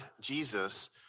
Jesus